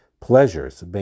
Pleasures